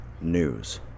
news